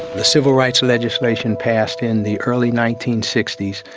the civil rights legislation passed in the early nineteen sixty s.